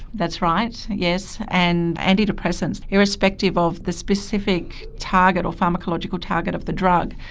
that's right, yes. and antidepressants, irrespective of the specific target or pharmacological target of the drug,